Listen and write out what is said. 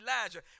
Elijah